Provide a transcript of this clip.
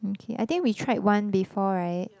okay I think we tried one before right